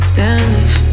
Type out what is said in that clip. damage